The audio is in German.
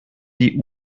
die